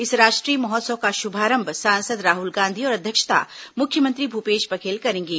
इस राष्ट्रीय महोत्सव का शुभारंभ सांसद राहुल गांधी और अध्यक्षता मुख्यमंत्री भूपेश बघेल करेंगे